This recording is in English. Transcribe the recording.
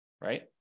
right